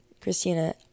Christina